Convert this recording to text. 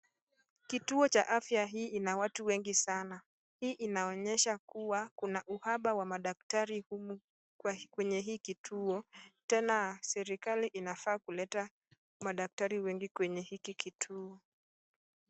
Kituo cha afya hii ina watu wengi sana. Hii inaonyesha kuwa kuna uhahaba wa madaktari kwenye hii kituo tena serikali inafaa kuleta madaktari wengi kwenye hiki kituo.